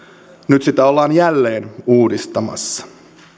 nyt sitä ollaan jälleen uudistamassa